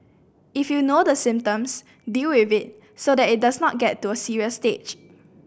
if you know the symptoms deal with it so that it does not get to a serious stage